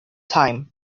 time